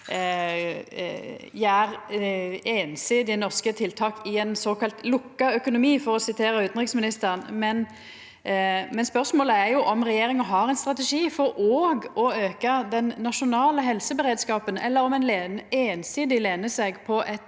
gjera einsidige norske tiltak i ein såkalla lukka økonomi, for å sitera utanriksministeren. Spørsmålet er jo om regjeringa har ein strategi for òg å auka den nasjonale helseberedskapen, eller om ein einsidig lener seg på eit